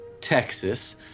Texas